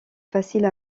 facile